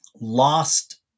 lost